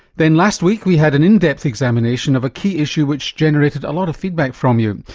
then last week we had an in-depth examination of a key issue which generated a lot of feedback from you.